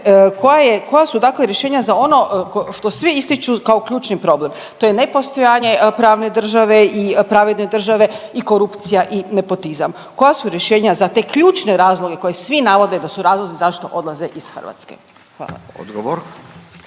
koja su dakle rješenja za ono što svi ističu kao ključni problem, to je nepostojanje pravne države i pravedne države i korupcija i nepotizam, koja su rješenja za te ključne razloge koje svi navode da su razlozi zašto odlaze iz Hrvatske? Hvala. **Radin,